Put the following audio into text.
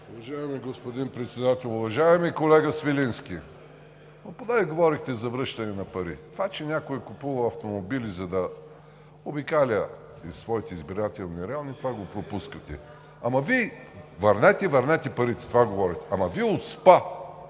Уважаеми господин Председател! Уважаеми колега Свиленски, понеже говорихте за връщане на пари. Това, че някой е купувал автомобили, за да обикаля из своите избирателни райони, това го пропускате. „Върнете, върнете парите!“ Това говорите. Вие ще